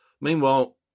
meanwhile